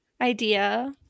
idea